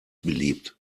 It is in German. beliebt